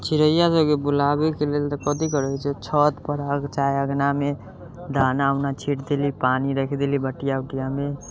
चिड़ैआ सबके बुलाबैके लेल तऽ कथी करै छै छतपर आग चाहे अङ्गनामे दाना उना छीटि देली पानी राखि देली बटिआ उटिआमे